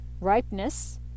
ripeness